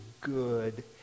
good